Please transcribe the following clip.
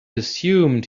assumed